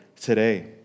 today